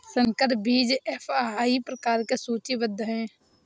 संकर बीज एफ.आई प्रकार में सूचीबद्ध है